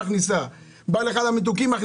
מהמתוקים.